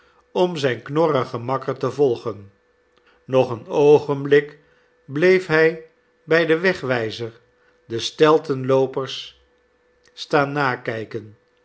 om zijn knorrigen makker te volgen nog een oogenblik bleef hij bij den wegwijzer de steltenloopers staan nakijken